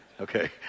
okay